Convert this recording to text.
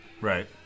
Right